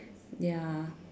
ya